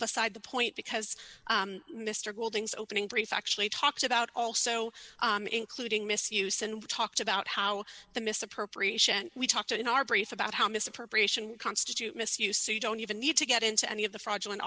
beside the point because mr golding's opening brief actually talks about also including misuse and we talked about how the misappropriation we talk to in our brief about how misappropriation constitute miss you so you don't even need to get into any of the fraudulent